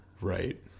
Right